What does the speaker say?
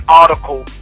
article